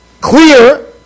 clear